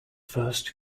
first